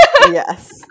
Yes